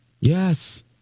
Yes